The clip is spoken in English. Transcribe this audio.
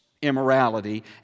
Immorality